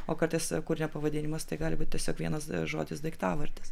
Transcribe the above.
o kartais kūrinio pavadinimas tai gali būti tiesiog vienas žodis daiktavardis